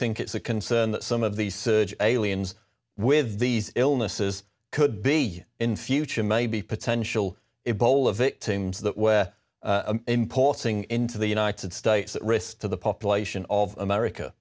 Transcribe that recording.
think it's a concern that some of these aliens with these illnesses could be in future maybe potential a bowl of victims that were importing into the united states at risk to the population of america